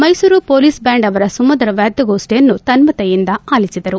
Mysuru police band ಅವರ ಸುಮದುರ ವಾದ್ಯಗೋಷ್ಠಿಯನ್ನು ತನ್ನಯತೆಯಿಂದ ಆಲಿಸಿದರು